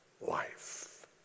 life